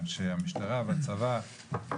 אנשי המשטרה והצבא,